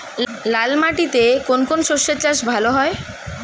লাল মাটিতে কোন কোন শস্যের চাষ ভালো হয়?